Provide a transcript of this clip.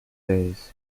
days